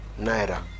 Naira